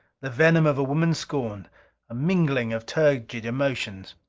the venom of a woman scorned a mingling of turgid emotions.